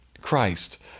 Christ